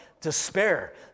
despair